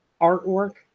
artwork